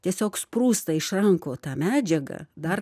tiesiog sprūsta iš rankų ta medžiaga dar